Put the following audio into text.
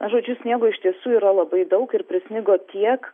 žodžiu sniego iš tiesų yra labai daug ir prisnigo tiek